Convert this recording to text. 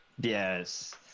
Yes